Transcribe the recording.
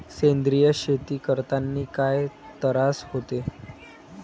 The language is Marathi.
सेंद्रिय शेती करतांनी काय तरास होते?